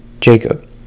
Jacob